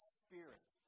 spirit